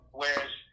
whereas